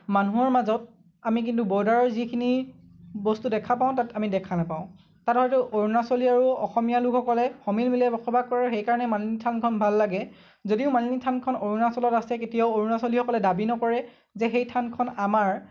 মানুহৰ মাজত আমি কিন্তু ব'ৰ্ডাৰৰ যিখিনি বস্তু দেখা পাওঁ তাত আমি দেখা নাপাওঁ তাত হয়তো অৰুণাচলী আৰু অসমীয়া লোকসকলে সমিল মিলে বসবাস কৰে সেইকাৰণে মালিনী থানখন ভাল লাগে যদিও মালিনী থানখন অৰুণাচলত আছে কেতিয়াও অৰুণাচলীসকলে দাবী নকৰে যে সেই থানখন আমাৰ